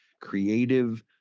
creative